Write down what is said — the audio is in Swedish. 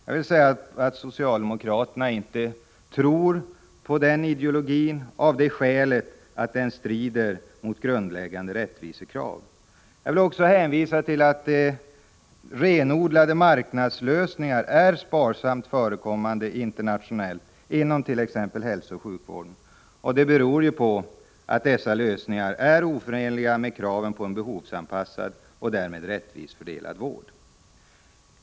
Jag vill säga att socialdemokraterna inte tror på den ideologin, av det skälet att den strider mot grundläggande rättvisekrav. Jag vill också hänvisa till att renodlade marknadslösningar är sparsamt förekommande internationellt it.ex. hälsooch sjukvården. Det beror på att dessa lösningar är oförenliga med kraven på en behovsanpassad och därmed rättvist fördelad vård.